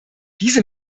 diese